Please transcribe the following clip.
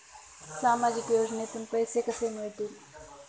सामाजिक योजनेतून पैसे कसे मिळतील?